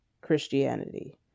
Christianity